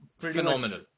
phenomenal